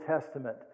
Testament